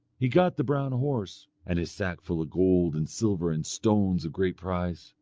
he got the brown horse and his sack full of gold and silver and stones of great price,